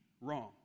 wrong